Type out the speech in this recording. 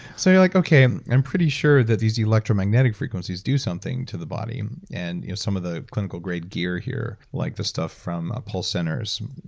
so you're like, okay, i'm pretty sure that these electromagnetic frequencies do something to the body, and some of the clinical grade gear here like the stuff from pulse centers,